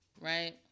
right